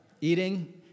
eating